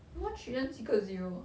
one trillion 几个 zero ah